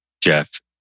Jeff